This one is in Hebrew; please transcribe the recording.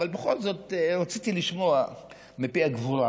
אבל בכל זאת רציתי לשמוע מפי הגבורה.